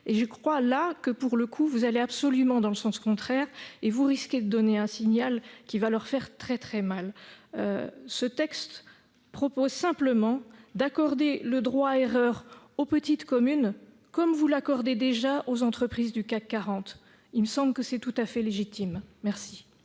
Je crois que, pour le coup, vous allez absolument dans le sens contraire : vous risquez d'envoyer un signal qui va leur faire très mal ! Notre texte propose simplement d'accorder le droit à l'erreur aux petites communes, comme vous l'accordez déjà aux entreprises du CAC 40. Cela me semble tout à fait légitime. La